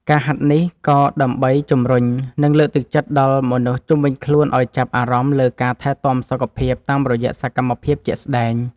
ការហាត់នេះ ក៏ដើម្បីជម្រុញ និងលើកទឹកចិត្តដល់មនុស្សជុំវិញខ្លួនឱ្យចាប់អារម្មណ៍លើការថែទាំសុខភាពតាមរយៈសកម្មភាពជាក់ស្ដែង។